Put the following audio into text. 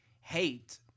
hate